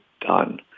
done